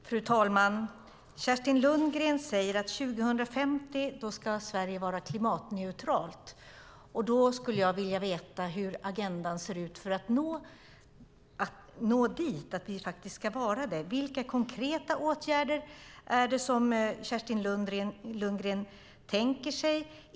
Fru talman! Kerstin Lundgren säger att Sverige ska vara klimatneutralt 2050. Jag skulle vilja veta hur agendan ser ut för att vi ska nå dit. Vilka konkreta åtgärder tänker sig Kerstin Lundgren?